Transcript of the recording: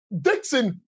Dixon